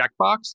checkbox